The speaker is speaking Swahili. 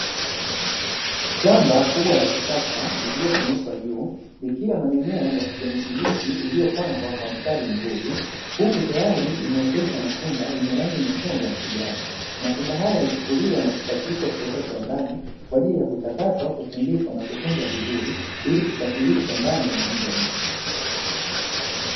Shamba kubwa la kisasa lililofunikwa juu, likiwa na mimea ya kijani kibichi iliyopangwa kwa mstari mzuri, huku tayari imeotesha matunda yenye rangi nyekundu ya kijani. Matunda haya huchukuliwa na kusafirishwa kupelekwa kiwandani kwa ajili ya kuchakatwa, kusindikwa na kutunzwa vizuri ili kusafirishwa ndani na nje ya nchi.